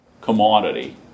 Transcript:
commodity